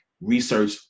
research